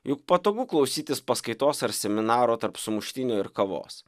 juk patogu klausytis paskaitos ar seminaro tarp sumuštinių ir kavos